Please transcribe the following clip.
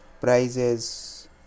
prizes